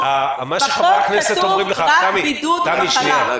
בחוק כתוב רק בידוד או מחלה.